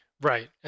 Right